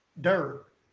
dirt